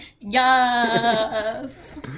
yes